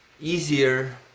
easier